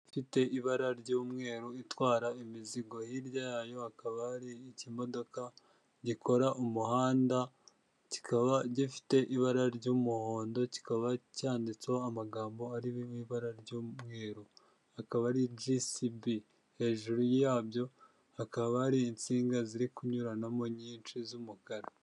Ifite ibara ry'umweru itwara imizigo, hirya yayo hakaba ari ikimodoka gikora umuhanda kikaba gifite ibara ry'umuhondo, kikaba cyanditseho amagambo ari mu ibara ry'umweru, akaba ari jisibi, hejuru yabyo hakaba hari insinga ziri kunyuranamo nyinshi z'umukara.